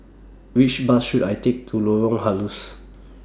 Which Bus should I Take to Lorong Halus